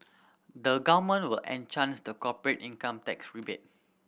the Government will an chance the corporate income tax rebate